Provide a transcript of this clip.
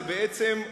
זה בעצם,